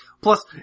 Plus